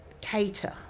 cater